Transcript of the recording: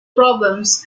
problems